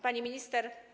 Pani Minister!